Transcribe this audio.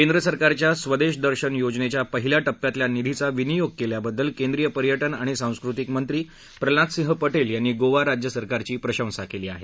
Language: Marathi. केंद्र सरकारच्या स्वदेश दर्शन योजनेच्या पहिल्या टप्प्यातल्या निधीचा विनियोग केल्याबद्दल केंद्रीय पर्यटन आणि सांस्कृतिक मंत्री प्रल्हादसिंह पटेल यांनी गोवा राज्य सरकारची प्रशंसा केली आहे